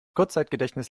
kurzzeitgedächtnis